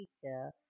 teacher